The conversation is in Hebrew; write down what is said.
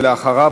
ואחריו,